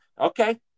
okay